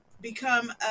Become